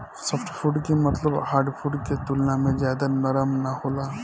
softwood के मतलब hardwood के तुलना में ज्यादा नरम ना होला